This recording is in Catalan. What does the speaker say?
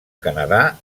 canadà